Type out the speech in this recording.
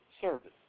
service